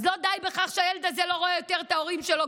אז לא די בכך שהילד הזה לא רואה יותר את ההורים שלו,